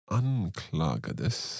anklagades